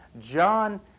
john